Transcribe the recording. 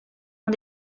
ont